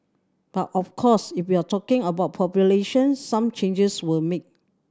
but of course if you're talking about population some changes were made